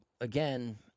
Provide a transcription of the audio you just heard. again